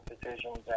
decisions